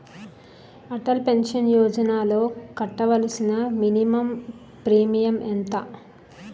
Atal pension యోజనలో కట్టవలసిన minimum premium ఎంత?